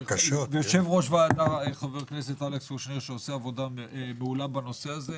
ויושב ראש הוועדה חבר הכנסת אלכס קושניר שעושה עבודה מעולה בנושא הזה.